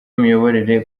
imiyoborere